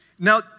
Now